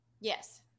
yes